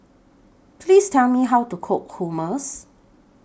Please Tell Me How to Cook Hummus